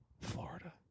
Florida